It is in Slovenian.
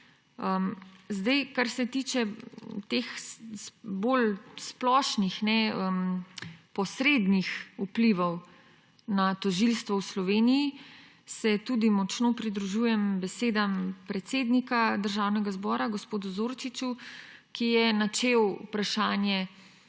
nazaj. Kar se tiče bolj splošnih, posrednih vplivov na tožilstvo v Sloveniji, se tudi močno pridružujem besedam predsednika Državnega zbora gospoda Zorčiča, ki je načel vprašanje